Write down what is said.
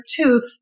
tooth